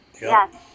yes